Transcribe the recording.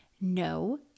No